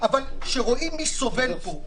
אבל כשרואים מי סובל פה,